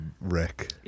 wreck